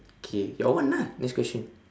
K your one lah next question